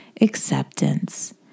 acceptance